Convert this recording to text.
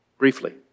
Briefly